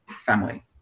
family